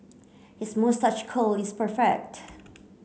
his moustache curl is perfect